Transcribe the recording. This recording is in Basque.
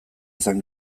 izan